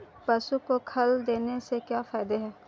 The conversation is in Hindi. पशु को खल देने से क्या फायदे हैं?